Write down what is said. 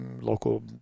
local